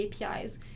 APIs